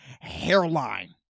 hairline